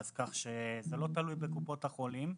כך שזה לא תלוי בקופות החולים,